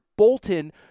Bolton